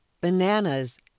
bananas